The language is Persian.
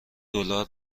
دلار